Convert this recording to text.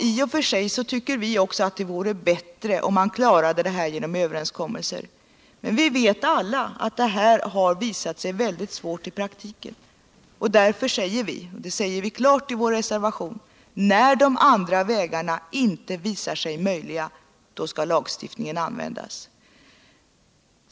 I och för sig tycker vi också au det vore bättre om man klarade detta genom överenskommelser, men vi vet alla att det har visat sig svårt att åstadkomma sädana i praktiken. Därför säger vi I vår reservation att när de andra vägarna inte visar sig möjliga. då skall lägsuftningen användas.